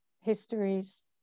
histories